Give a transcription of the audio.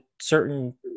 certain